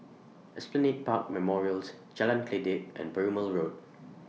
Esplanade Park Memorials Jalan Kledek and Perumal Road